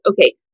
okay